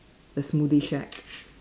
the smoothie shack